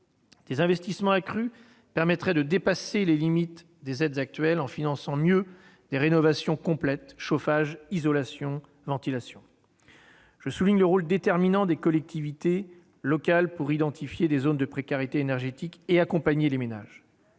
Des investissements accrus permettraient de dépasser les limites des aides actuelles, en finançant mieux des rénovations complètes : chauffage, isolation, ventilation ... Je souligne le rôle déterminant des collectivités locales pour identifier les zones de précarité énergétique et accompagner les ménages.